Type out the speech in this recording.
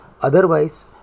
Otherwise